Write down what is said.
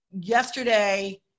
yesterday